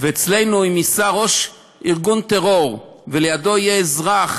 ואצלנו, אם ייסע ראש ארגון טרור ולידו יהיה אזרח,